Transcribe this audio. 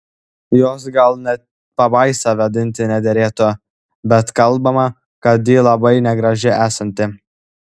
jos gal net pabaisa vadinti nederėtų bet kalbama kad ji labai negraži esanti